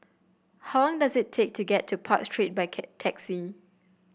how long does it take to get to Park Street by taxi